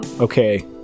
Okay